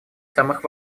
самых